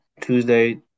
Tuesday